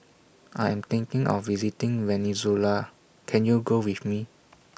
I Am thinking of visiting Venezuela Can YOU Go with Me